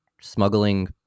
smuggling